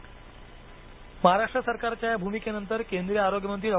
हर्षवर्धन महाराष्ट्र सरकारच्या या भुमिकेनंतर केंद्रीय आरोग्यमंत्री डॉ